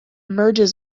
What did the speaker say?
merges